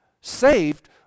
saved